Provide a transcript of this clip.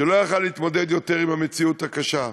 שלא יכול להתמודד יותר עם המציאות הקשה.